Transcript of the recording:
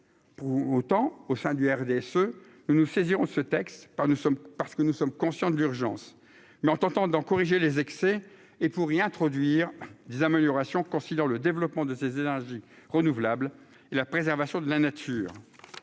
pour autant au sein du RDSE, nous saisirons ce texte par nous sommes parce que nous sommes conscients de l'urgence, mais en tentant d'en corriger les excès et pour y introduire des améliorations, considère le développement de ces énergies renouvelables et la préservation de la nature,